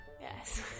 Yes